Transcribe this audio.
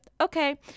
okay